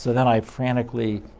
so then i frantically